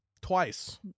Twice